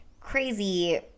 crazy